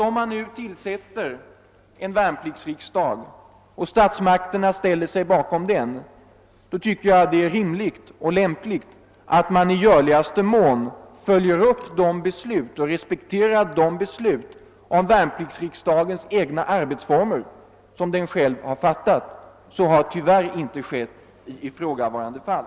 Om man nu anordnar en värnpliktsriksdag och statsmakterna ställer sig bakom den, anser jag det vara rimligt och lämpligt att man i görligaste mån följer upp och respekterar de beslut. om värnpliktsriksdagens arbetsformer som den själv har fattat. Så har tyvärr inte skett i ifrågavarande fall.